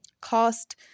Cost